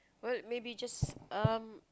well maybe just um